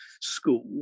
school